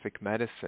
medicine